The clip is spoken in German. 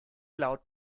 laut